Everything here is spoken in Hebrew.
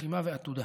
לחימה ועתודה.